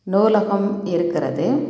நூலகம் இருக்கிறது